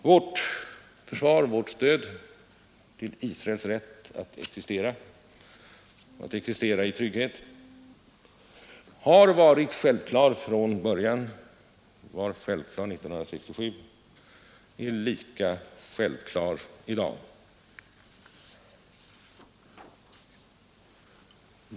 Vårt försvar för vårt stöd till Israels rätt att existera — och att existera i trygghet — har varit självklart från början; det var självklart 1967, och det är lika självklart i dag.